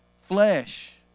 flesh